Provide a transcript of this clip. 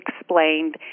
explained